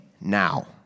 now